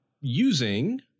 using